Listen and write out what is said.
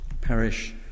perish